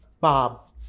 Bob